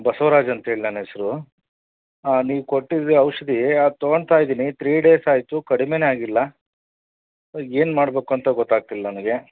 ಬಸವರಾಜ್ ಅಂತ್ಹೇಳಿ ನನ್ನ ಹೆಸ್ರು ನೀವು ಕೊಟ್ಟಿರೊ ಔಷಧಿ ಅದು ತಗೋತಾ ಇದ್ದೀನಿ ತ್ರೀ ಡೇಸ್ ಆಯಿತು ಕಡಿಮೆಯೇ ಆಗಿಲ್ಲ ಅದ್ಕೆ ಏನು ಮಾಡಬೇಕು ಅಂತ ಗೊತಾಗ್ತಿಲ್ಲ ನನಗೆ